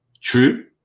true